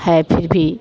है फिर भी